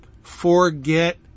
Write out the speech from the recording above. forget